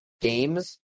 games